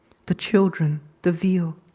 the children, the veal,